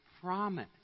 promise